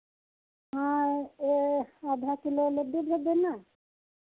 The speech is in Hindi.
हाँ ये आधा किलो लड्डू भेज देना